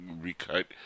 recut